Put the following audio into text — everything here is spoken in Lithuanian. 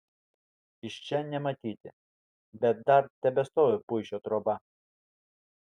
iš čia nematyti bet dar tebestovi puišio troba